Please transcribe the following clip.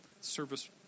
service